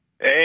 Hey